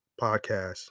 podcast